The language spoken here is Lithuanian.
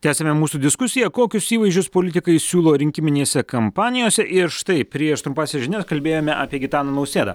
tęsiame mūsų diskusiją kokius įvaizdžius politikai siūlo rinkiminėse kampanijose ir štai prieš trumpąsias žinias kalbėjome apie gitaną nausėdą